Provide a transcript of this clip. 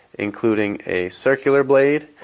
including a circular blade,